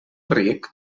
ric